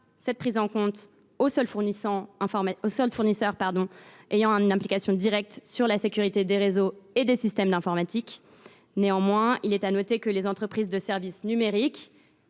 cette prise en compte aux seuls fournisseurs ayant une implication directe sur la sécurité des réseaux et des systèmes d’informatique. Néanmoins, les entreprises de services numériques